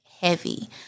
Heavy